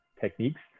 techniques